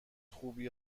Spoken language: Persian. خوبی